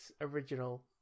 original